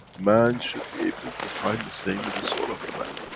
man should be able to find the same with the soul of the man.